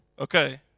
Okay